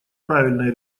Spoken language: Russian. правильное